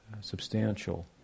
substantial